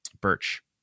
birch